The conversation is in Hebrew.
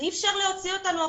אי אפשר להוציא אותנו החוצה.